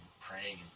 praying